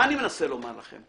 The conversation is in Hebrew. מה אני מנסה לומר לכם?